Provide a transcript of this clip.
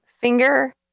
finger